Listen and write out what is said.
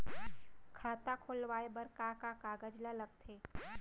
खाता खोलवाये बर का का कागज ल लगथे?